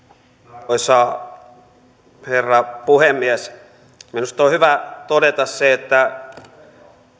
arvoisa herra puhemies minusta on hyvä todeta se että